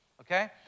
Okay